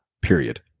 period